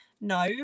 No